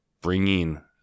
bringing